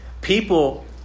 People